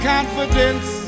confidence